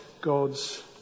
God's